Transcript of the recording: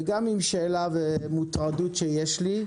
וגם עם שאלה ומוטרדות שיש לי.